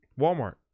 Walmart